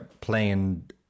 playing